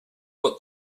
what